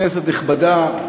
כנסת נכבדה,